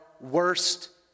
worst